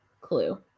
clue